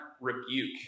rebuke